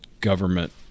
government